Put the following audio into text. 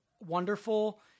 wonderful